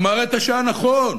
הוא מראה את השעה נכון,